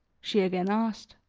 she again asked.